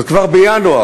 אז כבר בינואר,